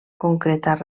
concretar